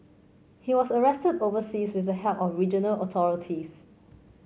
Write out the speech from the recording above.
he was arrested overseas with the help of regional authorities